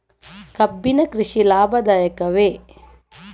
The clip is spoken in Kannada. ಕಬ್ಬಿನ ಕೃಷಿ ಲಾಭದಾಯಕವೇ?